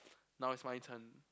now is my turn